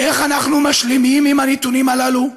איך אנחנו משלימים עם הנתונים הללו?